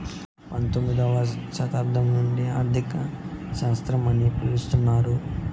పంతొమ్మిదవ శతాబ్దం నుండి ఆర్థిక శాస్త్రం అని పిలుత్తున్నారు